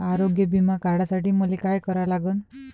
आरोग्य बिमा काढासाठी मले काय करा लागन?